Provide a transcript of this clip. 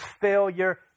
failure